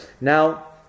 Now